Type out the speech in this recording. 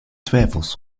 twijfels